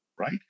Right